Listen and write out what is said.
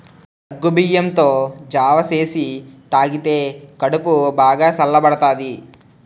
సగ్గుబియ్యంతో జావ సేసి తాగితే కడుపు బాగా సల్లబడతాది